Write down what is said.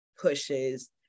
pushes